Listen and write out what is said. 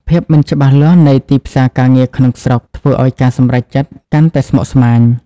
ភាពមិនច្បាស់លាស់នៃទីផ្សារការងារក្នុងស្រុក ធ្វើឱ្យការសម្រេចចិត្តកាន់តែស្មុគស្មាញ។